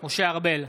משה ארבל,